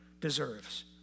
deserves